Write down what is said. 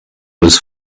was